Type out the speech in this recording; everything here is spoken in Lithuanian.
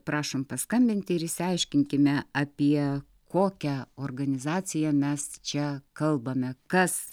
prašom paskambinti ir išsiaiškinkime apie kokią organizaciją mes čia kalbame kas